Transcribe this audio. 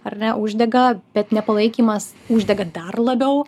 ar ne uždega bet nepalaikymas uždega dar labiau